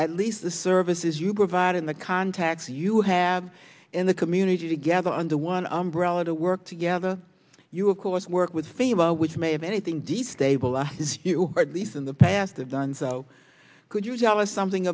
at least the services you provide in the contacts you have in the community together under one umbrella to work together you of course work with pharaoh which may have anything deed stable of you at least in the past have done so could you tell us something